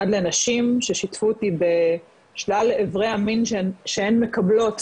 עד לנשים ששיתפו אותי בשלל איברי המין שהן מקבלות